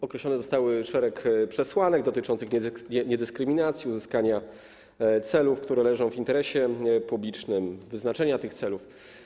Określony został szereg przesłanek dotyczących niedyskryminacji, uzyskania celów, które leżą w interesie publicznym, wyznaczenia tych celów.